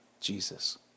Jesus